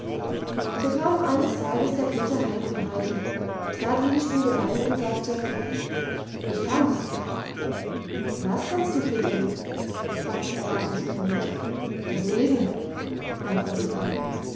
so kam eines abends der peter heim vom heidi trat in die stube ein und sagte ich kann's was kannst du peterli fragte erwartungsvoll die mutter das lesen antwortete er